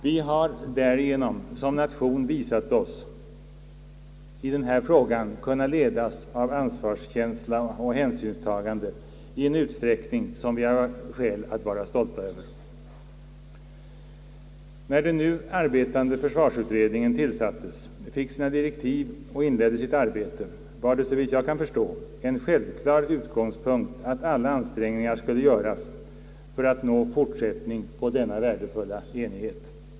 Vi har därigenom som nation visat oss kunna i denna fråga ledas av ansvarskänsla och hänsynstagande i en utsträckning, som vi har skäl att vara stolta över. När den nu arbetande försvarsutredningen tillsattes, fick sina direktiv och inledde sitt arbete var det, såvitt jag kan förstå, en självklar utgångspunkt att alla ansträngningar skulle göras för att vidmakthålla denna värdefulla enighet.